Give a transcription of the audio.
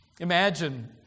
Imagine